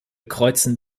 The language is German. kreuzen